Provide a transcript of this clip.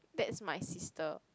that's my sister